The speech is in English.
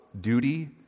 duty